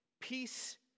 peace